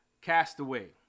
Castaway